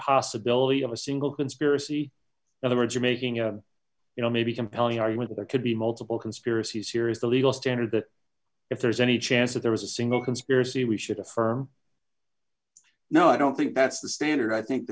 possibility of a single conspiracy in other words or making a you know maybe compelling argument there could be multiple conspiracies here is the legal standard that if there's any chance that there was a single conspiracy we should affirm no i don't think that's the standard i think